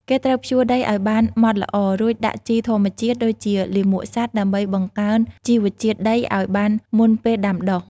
គេត្រូវភ្ជួរដីឱ្យបានម៉ត់ល្អ រួចដាក់ជីធម្មជាតិដូចជាលាមកសត្វដើម្បីបង្កើនជីវជាតិដីឱ្យបានមុនពេលដាំដុះ។